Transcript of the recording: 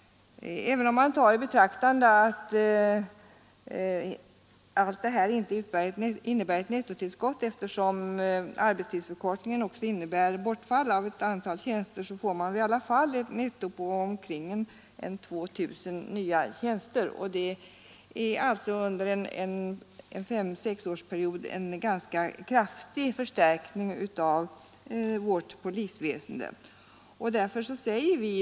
Även om man tar i betraktande att alla dessa tjänster inte innebär ett nettoöverskott, eftersom arbetstidsförkortningen också medför ett bortfall av tjänster, så blir det i alla fall ett nettotillskott på ca 2 000 nya tjänster. Det är alltså en ganska kraftig förstärkning av vårt polisväsende sedan år 1965.